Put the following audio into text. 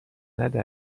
نده